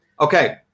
Okay